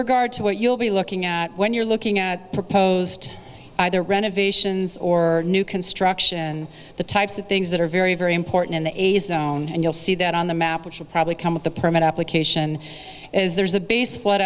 regard to what you'll be looking at when you're looking at proposed either renovations or new construction the types of things that are very very important in the eighty's own and you'll see that on the map which will probably come with the permit application is there's a b